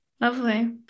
Lovely